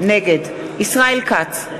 נגד ישראל כץ,